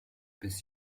bis